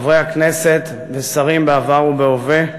חברי הכנסת ושרים בעבר ובהווה,